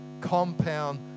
compound